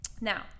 Now